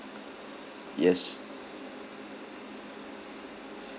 yes